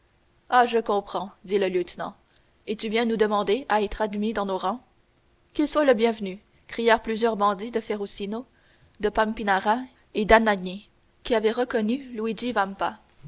ah je comprends dit le lieutenant et tu viens nous demander à être admis dans nos rangs qu'il soit le bienvenu crièrent plusieurs bandits de ferrusino de pampinara et d'anagni qui avaient reconnu